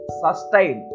sustain